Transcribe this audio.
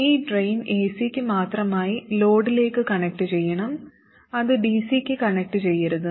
ഈ drain ac ക്ക് മാത്രമായി ലോഡിലേക്ക് കണക്റ്റുചെയ്യണം അത് dc ക്ക് കണക്റ്റുചെയ്യരുത്